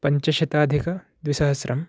पञ्चशताधिक द्विसहस्रम्